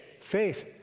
faith